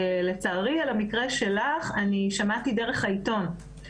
לצערי, על המקרה שלך אני שמעתי דרך העיתון.